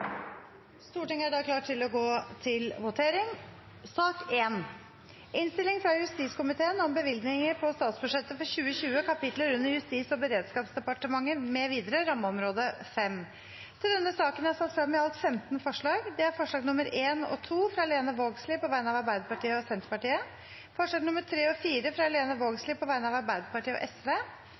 Stortinget er da klar til å gå til votering. Under debatten er det satt frem i alt 15 forslag. Det er forslagene nr. 1 og 2, fra Lene Vågslid på vegne av Arbeiderpartiet og Senterpartiet forslagene nr. 3 og 4, fra Lene Vågslid på vegne av Arbeiderpartiet og